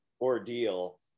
ordeal